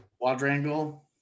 quadrangle